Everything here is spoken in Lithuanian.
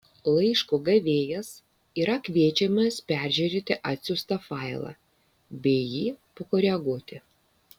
laiško gavėjas yra kviečiamas peržiūrėti atsiųstą failą bei jį pakoreguoti